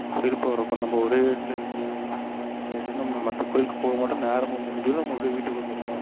விருப்பம் இருக்கும் இப்போ நம்ம ஒரே இடத்துல நின்று நின்று ரொம்ப டயர்ட் ஆகிடும் நம்ம மற்ற கோயிலுக்கு போக மாட்டோம் நேரமும் முடிஞ்சிடும் நம்ம அப்படியே வீட்டுக்கு வந்துடுவோம்